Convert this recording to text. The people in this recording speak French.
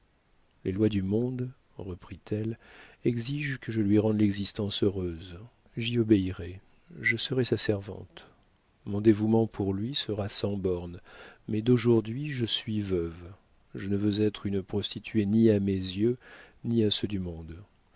les lois du monde reprit-elle exigent que je lui rende l'existence heureuse j'y obéirai je serai sa servante mon dévouement pour lui sera sans bornes mais d'aujourd'hui je suis veuve je ne veux être une prostituée ni à mes yeux ni à ceux du monde